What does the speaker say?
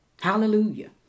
Hallelujah